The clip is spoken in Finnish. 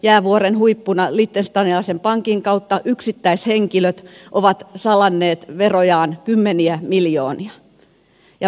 jäävuoren huippuna liechtensteinilaisen pankin kautta yksittäishenkilöt ovat salanneet verojaan kymmeniä miljoonia